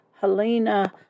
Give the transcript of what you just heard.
Helena